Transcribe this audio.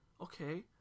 okay